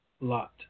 lot